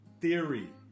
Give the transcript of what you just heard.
Theory